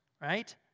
right